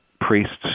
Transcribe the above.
Priests